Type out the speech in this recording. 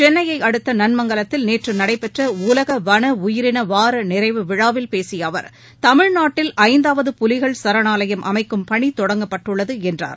சென்னைய அடுத்த நன்மங்கலத்தில் நேற்று நடைபெற்ற உலக வள உயிரின வார நிறைவு விழாவில் பேசிய அவர் தமிழ்நாட்டில் ஐந்தாவது புலிகள் சரணாவயம் அமைக்கும் பணி தொடங்கப்பட்டுள்ளது என்றார்